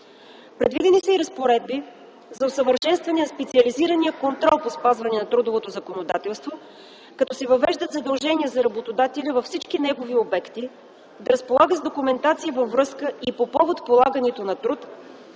Предвидени са и разпоредби за усъвършенстване на специализирания контрол по спазване на трудовото законодателство, като се въвеждат задължения за работодателя във всички негови обекти да разполага с документация във връзка и по повод полагането на труд,